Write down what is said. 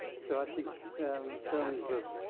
so i think in terms of